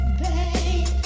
babe